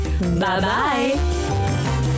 Bye-bye